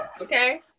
okay